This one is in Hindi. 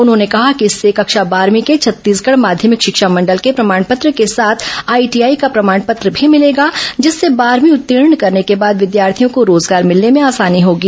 उन्होंने कहा कि इससे कक्षा बारहवीं के छत्तीसगढ माध्यमिक शिक्षा मंडल के प्रमाण पत्र के साथ आईटीआई का प्रमाण पत्र भी मिलेगा जिससे बारहवीं उत्तीर्ण करने के बाद विद्यार्थियों को रोजगार मिलने में आसानी होगी